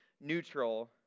neutral